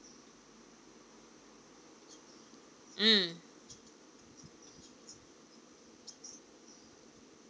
mm